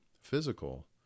physical